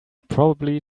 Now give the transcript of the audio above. probably